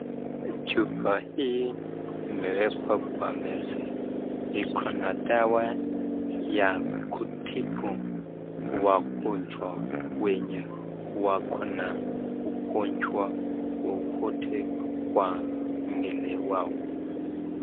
Chupa hii imewekwa kwa meza, iko na dawa ya kutibu wagonjwa wenye wako na ugonjwa wowote kwa mwili wao.